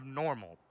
normal